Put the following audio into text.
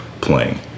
playing